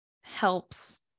helps